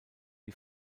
die